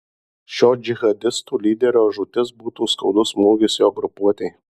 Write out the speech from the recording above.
šio džihadistų lyderio žūtis būtų skaudus smūgis jo grupuotei